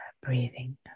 breathing